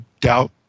doubt